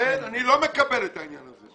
לכן אני לא מקבל את העניין הזה.